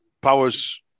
Power's